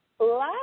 Last